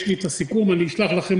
יש לי את הסיכום ואני אשלח אותו.